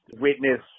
witness